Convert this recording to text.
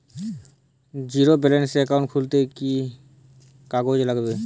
Zero ব্যালেন্সের account খুলতে কি কি কাগজ লাগবে?